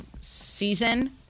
season